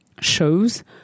shows